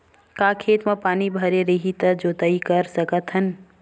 का खेत म पानी भरे रही त जोताई कर सकत हन?